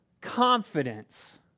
confidence